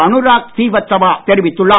அனுராக் ஸ்ரீவத்சவா தெரிவித்துள்ளார்